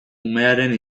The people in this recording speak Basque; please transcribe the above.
umearen